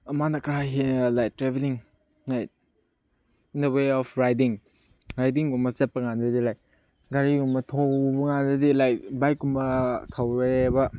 ꯑꯃꯅ ꯈꯔ like travelling like in the way of riding ꯔꯥꯏꯗꯤꯡꯒꯨꯝꯕ ꯆꯠꯄ ꯀꯥꯟꯗꯗꯤ ꯂꯥꯏꯛ ꯒꯥꯔꯤꯒꯨꯝꯕ ꯊꯧꯕ ꯀꯥꯟꯗꯗꯤ ꯂꯥꯏꯛ ꯕꯥꯏꯛꯀꯨꯝꯕ ꯊꯧꯋꯦꯕ